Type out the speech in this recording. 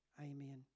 Amen